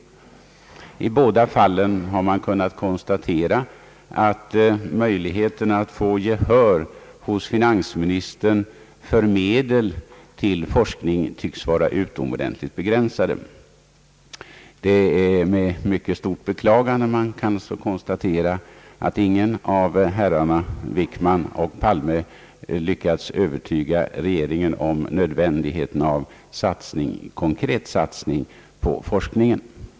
I båda fallen har man kunnat konstatera att möjligheterna att vinna gehör hos finansministern för medel till forskning tycks vara ytterligt begränsade. Det är med mycket stort bekla gande man noterar att ingen av herrarna Wickman och Palme lyckats övertyga regeringen om nödvändigheten av konkret satsning på forskningen.